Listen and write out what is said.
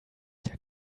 der